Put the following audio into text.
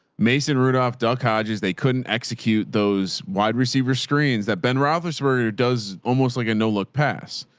mason rudolph duck hodges. they couldn't execute those wide receiver screens that ben roethlisberger does almost like a no look pass.